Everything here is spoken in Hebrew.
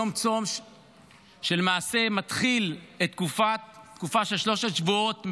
יום צום שלמעשה מתחיל תקופה של שלושה שבועות,